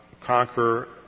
conquer